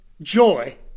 joy